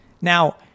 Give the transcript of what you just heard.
Now